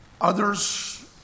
Others